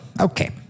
Okay